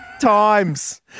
times